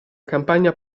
campagna